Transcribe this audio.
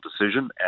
decision